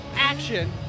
action